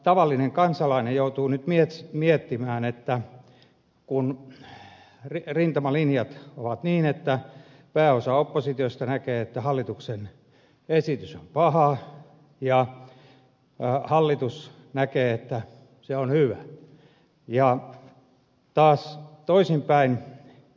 tavallinen kansalainen joutuu nyt miettimään että rintamalinjat ovat niin että pääosa oppositiosta näkee että hallituksen esitys on paha ja hallitus näkee että se on hyvä ja taas toisinpäin